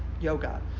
yoga